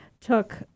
took